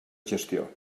gestió